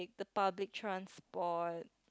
public transport